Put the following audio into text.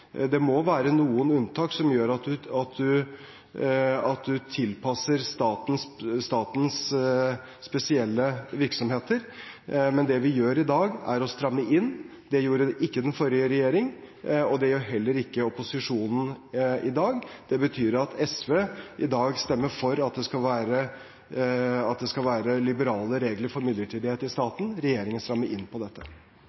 Det må være noen unntak som gjør at man tilpasser statens spesielle virksomheter. Det vi gjør i dag, er å stramme inn. Det gjorde ikke den forrige regjeringen, og det gjør heller ikke opposisjonen i dag. Det betyr at SV i dag stemmer for at det skal være liberale regler for midlertidighet i